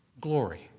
Glory